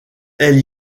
elle